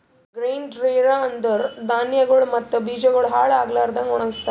grain dryer ಅಂದುರ್ ಧಾನ್ಯಗೊಳ್ ಮತ್ತ ಬೀಜಗೊಳ್ ಹಾಳ್ ಆಗ್ಲಾರದಂಗ್ ಒಣಗಸ್ತಾರ್